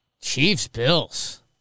Chiefs-Bills